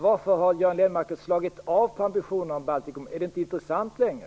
Varför har Göran Lennmarker slagit av på ambitionerna när det gäller Baltikum? Är det inte intressant längre?